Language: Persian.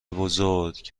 بزرگ